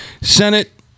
Senate